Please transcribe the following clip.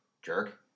Jerk